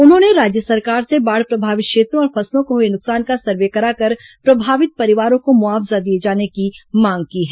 उन्होंने राज्य सरकार से बाढ़ प्रभावित क्षेत्रों और फसलों को हुए नुकसान का सर्वे कराकर प्रभावित परिवारों को मुआवजा दिए जाने की मांग की है